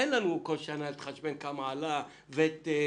במקום שכל שנה נתחשבן כמה עלה ותק,